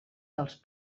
dels